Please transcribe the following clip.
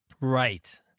Right